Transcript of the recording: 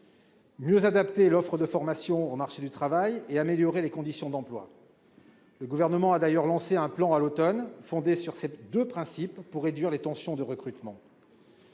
mieux adapter l'offre de formation au marché du travail et améliorer les conditions d'emploi. Cet automne, le Gouvernement a d'ailleurs lancé un plan fondé sur ces deux principes pour réduire les tensions en termes